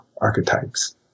archetypes